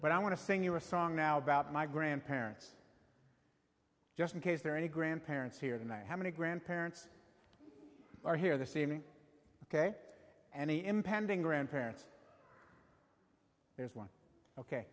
but i want to sing you a song now about my grandparents just in case there are any grandparents here tonight how many grandparents are here this evening ok any impending grandparents there's one ok